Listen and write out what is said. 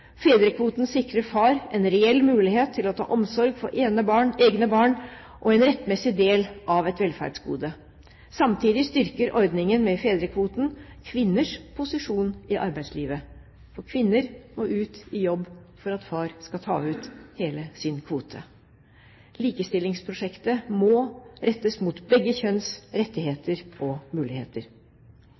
Fedrekvoten sikrer far en reell mulighet til å ta omsorg for egne barn og en rettmessig del av et velferdsgode. Samtidig styrker ordningen med fedrekvote kvinners posisjon i arbeidslivet, for kvinner må ut i jobb for at far skal kunne ta ut hele sin kvote. Likestillingsprosjektet må rettes mot begge kjønns rettigheter og muligheter.